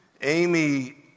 Amy